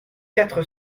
quatre